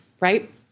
right